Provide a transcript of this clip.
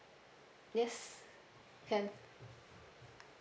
yes can